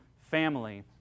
family